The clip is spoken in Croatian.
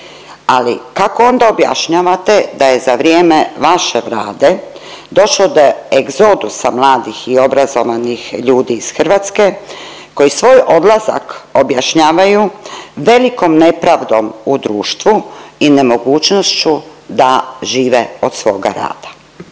ali kako onda objašnjavate da je za vrijeme vaše Vlade došao do egzodusa mladih i obrazovanih ljudi iz Hrvatske, koji svoj odlazak objašnjavaju velikom nepravdom u društvu i nemogućnošću da žive od svoga rada.